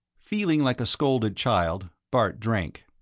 feeling like a scolded child, bart drank.